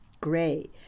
Gray